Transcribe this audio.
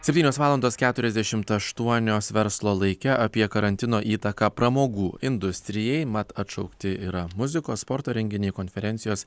septynios valandos keturiasdešimt aštuonios verslo laike apie karantino įtaką pramogų industrijai mat atšaukti yra muzikos sporto renginiai konferencijos